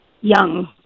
young